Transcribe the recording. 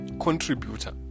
contributor